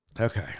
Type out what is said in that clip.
Okay